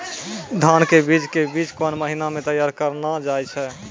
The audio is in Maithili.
धान के बीज के बीच कौन महीना मैं तैयार करना जाए?